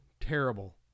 Terrible